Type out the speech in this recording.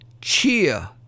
Cheer